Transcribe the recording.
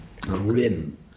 grim